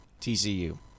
TCU